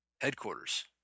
headquarters